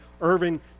Irving